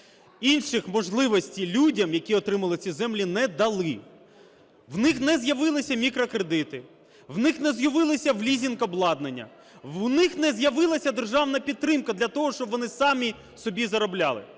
інших можливостей людям, які отримали ці землі, не дали. У них не з'явилися мікрокредити, у них не з'явилося в лізинг обладнання, у них не з'явилася державна підтримка для того, щоби вони самі собі заробляли.